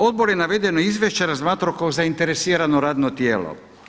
Odbor je navedeno izvješće razmatrao kao zaineresirano radno tijelo.